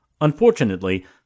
Unfortunately